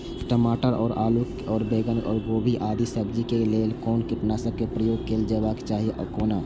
टमाटर और आलू और बैंगन और गोभी आदि सब्जी केय लेल कुन कीटनाशक प्रयोग कैल जेबाक चाहि आ कोना?